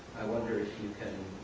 i wonder if you can